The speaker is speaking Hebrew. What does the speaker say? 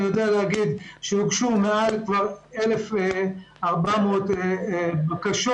אני יודע להגיד שהוגשו כבר למעלה מ- 1,400 בקשות.